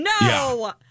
No